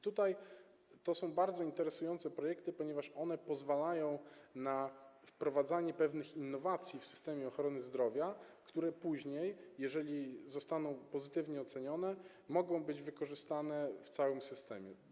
To są bardzo interesujące projekty, ponieważ one pozwalają na wprowadzanie pewnych innowacji w systemie ochrony zdrowia, które później, jeżeli zostaną pozytywnie ocenione, mogą być wykorzystane w całym systemie.